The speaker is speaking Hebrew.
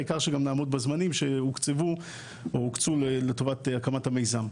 העיקר שנעמוד בזמנים שהוקצבו או הוקצו לטובת המיזם.